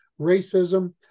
racism